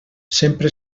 sempre